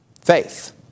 Faith